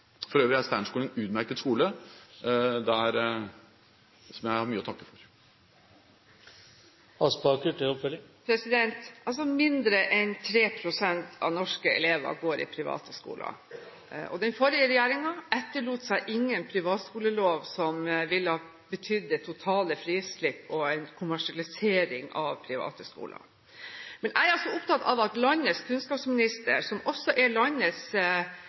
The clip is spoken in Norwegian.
For øvrig er Steinerskolen en utmerket skole, som jeg har mye å takke for. Mindre enn 3 pst. av norske elever går i private skoler. Den forrige regjeringen etterlot seg ingen privatskolelov som ville ha betydd det totale frislipp og en kommersialisering av private skoler. Men jeg er altså opptatt av at landets kunnskapsminister, som også er landets